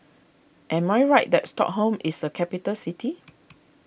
am I right that Stockholm is a capital city